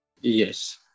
Yes